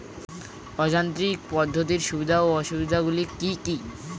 অযান্ত্রিক পদ্ধতির সুবিধা ও অসুবিধা গুলি কি কি?